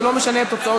זה לא משנה את ההצבעה.